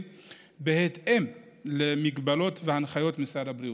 בהתאם למגבלות והנחיות משרד הבריאות.